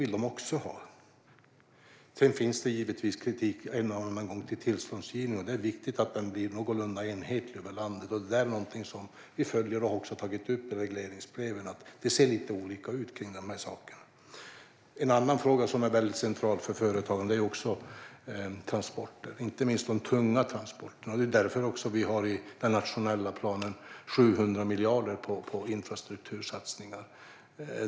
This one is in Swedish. Givetvis finns det en och annan gång kritik mot tillståndsgivningen, och det är viktigt att den blir någorlunda enhetlig över landet. Detta följer vi, och vi har också tagit upp i regleringsbreven att det ser lite olika ut. En annan central fråga för företagen är transporter, inte minst tunga transporter. Därför lägger vi i den nationella planen 700 miljarder på infrastruktursatsningar.